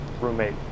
roommate